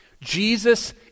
Jesus